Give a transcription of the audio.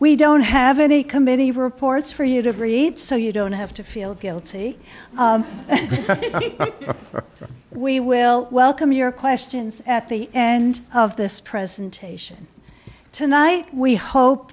we don't have any committee reports for you to read so you don't have to feel guilty or we will welcome your questions at the end of this presentation tonight we hope